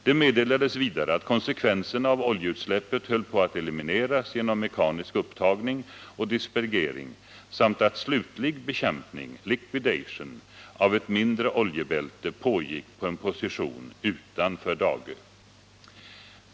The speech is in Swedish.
Det meddelades vidare att konsekvenserna av oljeutsläppet höll på att elimineras genom mekanisk upptagning och dispergering samt att slutlig bekämpning av ett mindre oljebälte pågick på en position utanför Dagö.